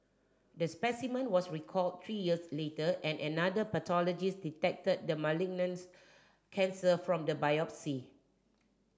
the specimen was recalled three years later and another pathologist detected the malignant's cancer from the biopsy